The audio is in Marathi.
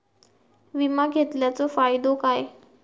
विमा घेतल्याचो फाईदो काय?